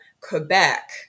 Quebec